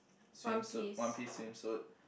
swimsuit one piece swimsuit